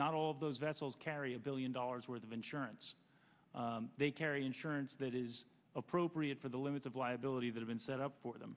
not all of those vessels carry a billion dollars worth of insurance they carry insurance that is appropriate for the limits of liability that have been set up for them